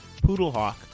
Poodlehawk